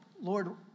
Lord